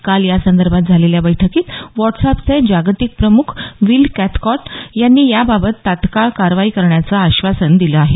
काल या संदर्भात झालेल्या बैठकीत व्हाटस्अॅपचे जागतीक प्रमुख वील कॅथकार्ट यांनी याबाबत तात्काळ कारवाई करण्याचे आश्वासन दिले आहे